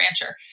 rancher